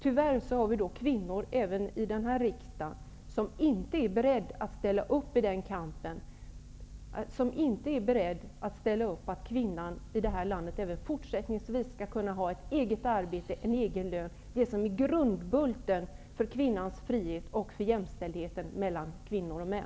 Tyvärr har vi kvinnor även i denna riksdag som inte är beredda att ställa upp i den kampen, som inte är beredda att ställa upp på att kvinnorna i landet även fortsättningsvis skall kunna ha ett eget arbete och en egen lön, det som är grundbulten för kvinnors frihet och för jämställdhet mellan kvinnor och män.